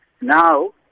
Now